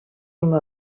una